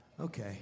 Okay